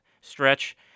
stretch